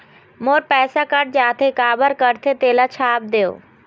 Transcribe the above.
मोर पैसा कट जाथे काबर कटथे तेला छाप देव?